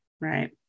Right